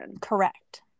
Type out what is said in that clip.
correct